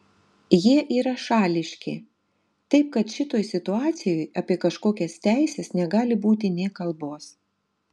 jie yra šališki taip kad šitoj situacijoj apie kažkokias teises negali būti nė kalbos